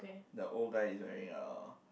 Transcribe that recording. the old guy is wearing a